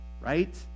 Right